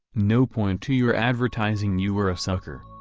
no point to your advertising you were a sucker.